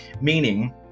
meaning